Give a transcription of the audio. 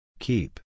Keep